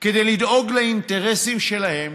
שלחו כדי לדאוג לאינטרסים שלהם,